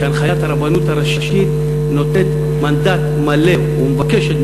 כשהנחיית הרבנות הראשית נותנת מנדט מלא ומבקשת,